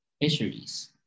fisheries